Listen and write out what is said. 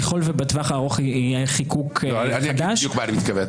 ככל שבטווח הארוך יהיה חיקוק חדש -- אני יודע בדיוק למה אני מתכוון.